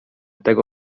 tego